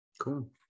cool